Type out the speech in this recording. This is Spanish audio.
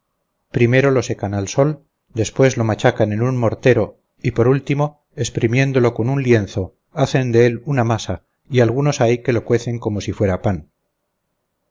primero lo secan al sol después lo machacan en un mortero y por último exprimiéndolo con un lienzo hacen de él una masa y algunos hay que lo cuecen como si fuera pan